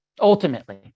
ultimately